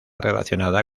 relacionada